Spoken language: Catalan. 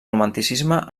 romanticisme